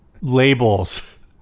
labels